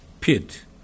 pit